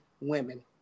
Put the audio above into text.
women